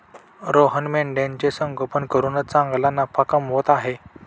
रोहन मेंढ्यांचे संगोपन करून चांगला नफा कमवत आहे